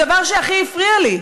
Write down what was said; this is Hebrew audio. הדבר שהכי הפריע לי,